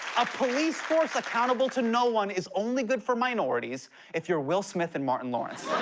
a police force accountable to no one is only good for minorities if you're will smith and martin lawrence.